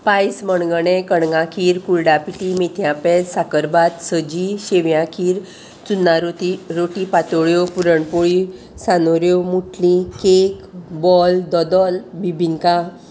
पायस मणगणे कणगां खीर कुलडा पिटी मेथयां पेज साकर भात सजी शेवयाखीर चुन्ना रोती रोटी पातोळ्यो पुरणपोळी सानोऱ्यो मुटली केक बॉल दोदोल बिबिंका